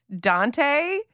Dante